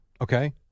Okay